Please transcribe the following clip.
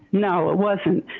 no, it wasn't.